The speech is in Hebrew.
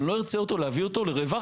אבל אני לא ארצה להביא אותו לרווח.